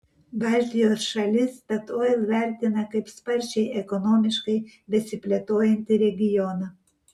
baltijos šalis statoil vertina kaip sparčiai ekonomiškai besiplėtojantį regioną